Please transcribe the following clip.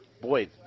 boy